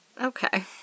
Okay